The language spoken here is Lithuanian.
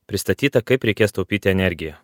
pristatyta kaip reikės taupyti energiją